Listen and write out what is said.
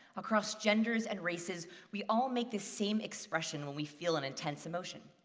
across genders and races, we all make the same expression when we feel an intense emotion.